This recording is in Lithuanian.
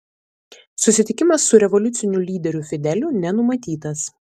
susitikimas su revoliuciniu lyderiu fideliu nenumatytas